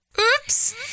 Oops